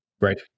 Right